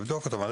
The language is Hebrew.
לבדוק אותם.